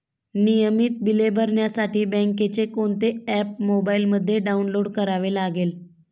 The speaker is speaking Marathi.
नियमित बिले भरण्यासाठी बँकेचे कोणते ऍप मोबाइलमध्ये डाऊनलोड करावे लागेल?